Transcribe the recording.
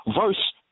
verse